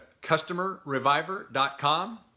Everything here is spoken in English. customerreviver.com